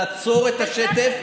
נעצור את השטף,